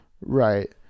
Right